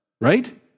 right